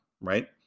right